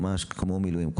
ממש כמו במילואים,